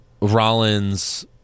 Rollins